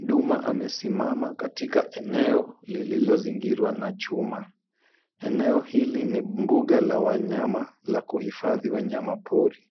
Duma amesimama katika eneo lililozingirwa na chuma. Eneo hili ni mbuga la wanyama la kuhifadhi wanyama pori.